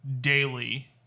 daily